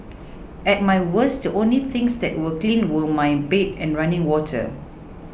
at my worst the only things that were clean were my bed and running water